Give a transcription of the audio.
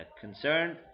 concerned